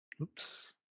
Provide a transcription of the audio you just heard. Oops